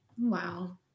Wow